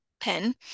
pen